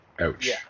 ouch